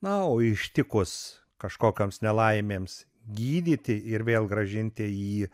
na o ištikus kažkokioms nelaimėms gydyti ir vėl grąžinti į